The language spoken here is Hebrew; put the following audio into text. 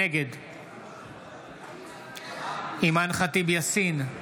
נגד אימאן ח'טיב יאסין,